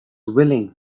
willing